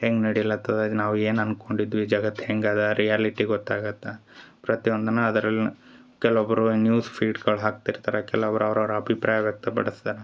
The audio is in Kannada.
ಹೆಂಗೆ ನಡಿಲತ್ತದ ಈಗ ನಾವು ಏನು ಅನ್ಕೊಂಡಿದ್ವಿ ಜಗತ್ತು ಹೆಂಗೆ ಅದ ರಿಯಾಲಿಟಿ ಗೊತ್ತಾಗತ್ತೆ ಪ್ರತಿಯೊಂದನ್ನ ಅದರಲ್ಲಿ ಕೆಲೊಬ್ಬರು ನ್ಯೂಸ್ ಫೀಡ್ಗಳು ಹಾಕ್ತಿರ್ತಾರೆ ಕೆಲೊಬ್ರು ಅವ್ರವ್ರ ಅಭಿಪ್ರಾಯ ವ್ಯಕ್ತಪಡಿಸ್ತಾರೆ